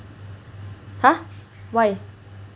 !huh! why